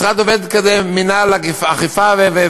והרב מוזס הזכיר זאת: במשרד עובד מינהל אכיפה ובקרה.